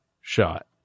shot